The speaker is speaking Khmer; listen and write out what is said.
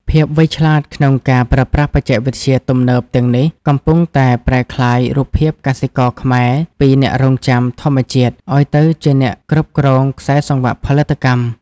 ភាពវៃឆ្លាតក្នុងការប្រើប្រាស់បច្ចេកវិទ្យាទំនើបទាំងនេះ កំពុងតែប្រែក្លាយរូបភាពកសិករខ្មែរពី អ្នករង់ចាំធម្មជាតិឱ្យទៅជាអ្នកគ្រប់គ្រងខ្សែសង្វាក់ផលិតកម្ម។